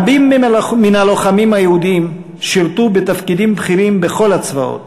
רבים מן הלוחמים היהודים שירתו בתפקידים בכירים בכל הצבאות,